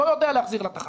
לא יודע להחזיר לתחנה